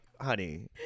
honey